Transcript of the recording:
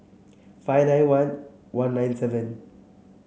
five nine one one nine seven